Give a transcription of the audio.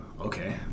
okay